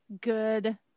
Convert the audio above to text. good